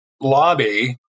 lobby